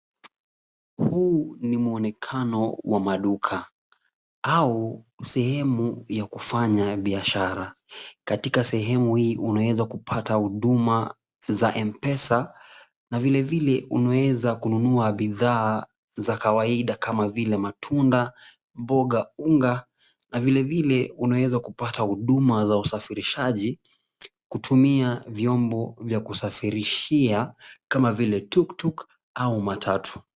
Huu ni mwonekano wa maduka au sehemu ya kufanya biashara. Katika sehemu hii unaweza kupata huduma za M-Pesa na vilevile unaweza kununua bidhaa za kawaida kama vile matunda, mboga, unga na vilevile unaweza kupata huduma za usafirishaji kutumia vyombo vya kusafirishia kama vile tuktuk au matatu.